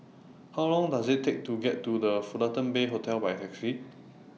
How Long Does IT Take to get to The Fullerton Bay Hotel By Taxi